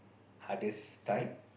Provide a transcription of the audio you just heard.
hardest time